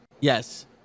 Yes